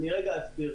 אני רגע אסביר.